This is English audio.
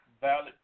valid